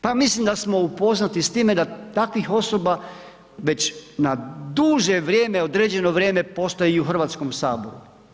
Pa mislim da smo upoznati s time da takvih osoba već na duže vrijeme, određeno vrijeme postoje i u Hrvatskom saboru.